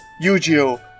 Yu-Gi-Oh